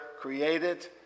created